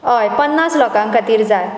हय पन्नास लोकां खातीर जाय